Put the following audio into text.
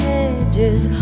edges